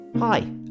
Hi